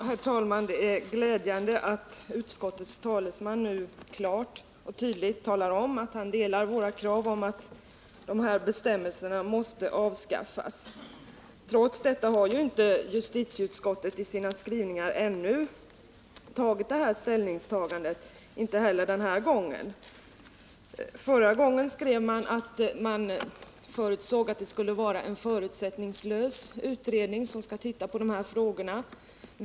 Herr talman! Det är glädjande att utskottets talesman nu klart och tydligt talar om att han instämmer i våra krav att de aktuella bestämmelserna skall avskaffas. Trots detta har justitieutskottet i sina skrivningar ännu inte gjort det ställningstagandet — inte heller den här gången. Vid den förra behandlingen av frågan skrev utskottet att man förutsåg att en utredning förutsättningslöst skulle titta på de här frågorna.